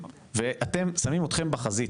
שמים אתכם בחזית